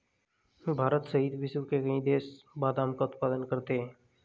भारत सहित विश्व के कई देश बादाम का उत्पादन करते हैं